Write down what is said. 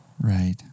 Right